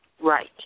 Right